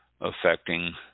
affecting